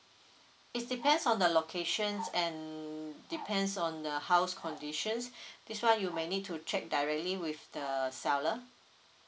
it depends on the locations and depends on the house conditions that's why you may need to check directly with the seller